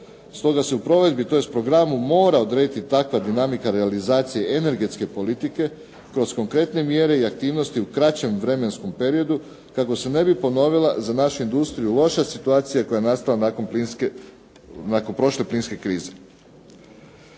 Stoga se u provedbi tj. programu mora odrediti takva dinamika realizacije energetske politike, kroz konkretne mjere i aktivnosti u kraćem vremenskom periodu kako se ne bi ponovila za našu industriju loša situacija koja je nastala nakon prošle plinske krize.